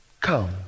come